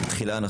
תחילה,